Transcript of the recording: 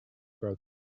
broken